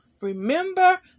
Remember